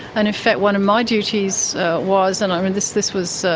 and in fact one of my duties was and um and this this was so